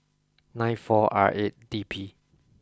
nine four R eight D P